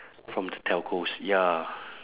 from the telcos ya